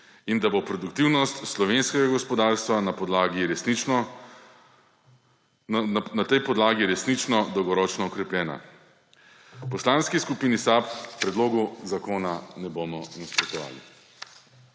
in da bo produktivnost slovenskega gospodarstva v tej podlagi resnično dolgoročno okrepljena. V Poslanski skupini SAB predlogu zakona ne bomo nasprotovali.